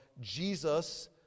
Jesus